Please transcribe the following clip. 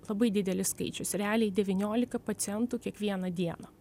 labai didelis skaičius realiai devyniolika pacientų kiekvieną dieną